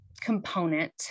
component